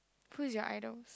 who is your idols